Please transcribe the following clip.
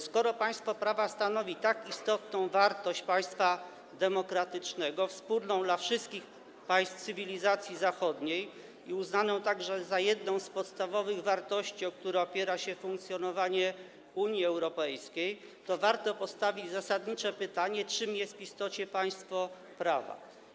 Skoro państwo prawa stanowi tak istotną wartość państwa demokratycznego, wspólną dla wszystkich państw cywilizacji zachodniej i uznaną także za jedną z podstawowych wartości, na których opiera się funkcjonowanie Unii Europejskiej, to warto postawić zasadnicze pytanie, czym jest w istocie państwo prawa.